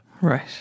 Right